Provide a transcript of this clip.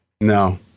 No